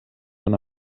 una